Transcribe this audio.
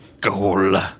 goal